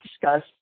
discuss